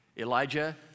Elijah